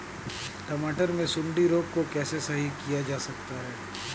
टमाटर से सुंडी रोग को कैसे सही किया जा सकता है?